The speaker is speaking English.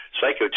psycho